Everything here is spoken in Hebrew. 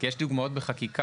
יש דוגמאות בחקיקה,